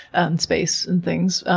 ah and space and things,